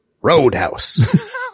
Roadhouse